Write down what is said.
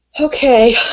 Okay